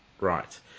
Right